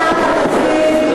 כניסתה לתפקיד,